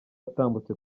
yatambutse